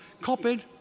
copied